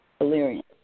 valerian